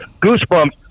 goosebumps